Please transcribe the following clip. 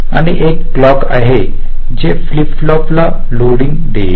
आणि एक क्लॉक आहे जे फ्लिप फ्लॉप ला फीडिंग देईल